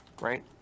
right